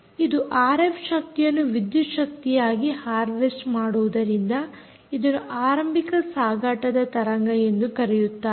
ಇದು ಆರ್ಎಫ್ ಶಕ್ತಿಯನ್ನು ವಿದ್ಯುತ್ ಶಕ್ತಿಯಾಗಿ ಹಾರ್ವೆಸ್ಟ್ ಮಾಡುವುದರಿಂದ ಇದನ್ನು ಆರಂಭಿಕ ಸಾಗಾಟದ ತರಂಗ ಎಂದು ಕರೆಯುತ್ತಾರೆ